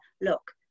look